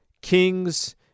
Kings